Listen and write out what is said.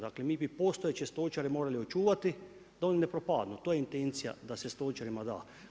Dakle mi bi postojeće stočare morali očuvati da oni ne propadnu, to je intencija da se stočarima da.